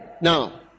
now